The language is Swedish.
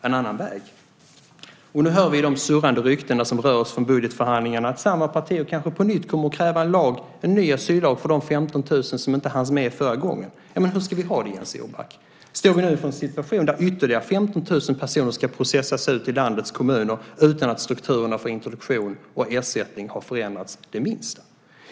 Nu hör vi de surrande ryktena från budgetförhandlingarna om att samma partier kanske på nytt kommer att kräva en ny asyllag för de 15 000 som inte hanns med förra gången. Hur ska ni ha det, Jens Orback? Står vi nu inför en situation där ytterligare 15 000 personer ska processas ut i landets kommuner utan att strukturerna för introduktion och ersättning har förändrats det minsta?